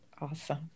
Awesome